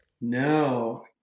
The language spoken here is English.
no